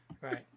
Right